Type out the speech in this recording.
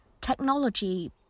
Technology